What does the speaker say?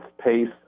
pace